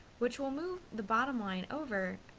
which will move the bottom line over.